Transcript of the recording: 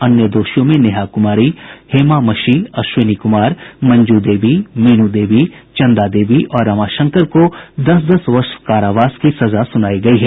अन्य दोषियों नेहा कुमारी हेमा मशीह अश्विनी कुमार मंजू देवी मीनू देवी चंदा देवी और रमा शंकर को दस दस वर्ष कारावास की सजा सुनायी गयी है